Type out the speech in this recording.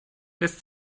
lässt